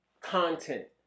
content